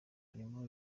harimo